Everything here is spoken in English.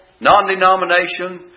non-denomination